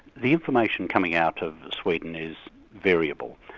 the information coming out of sweden is variable.